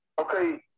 Okay